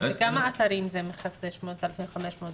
וכמה אתרים זה מכסה, 8,500?